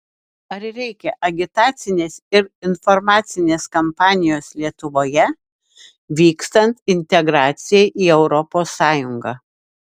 ar reikia agitacinės ir informacinės kampanijos lietuvoje vykstant integracijai į europos sąjungą